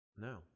No